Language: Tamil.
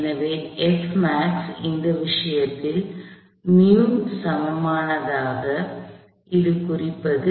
எனவே இந்த விஷயத்தில் சமமானதாக இது குறிப்பது